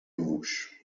موش